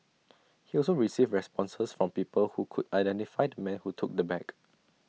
he also received responses from people who could identify the man who took the bag